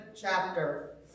chapter